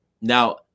Now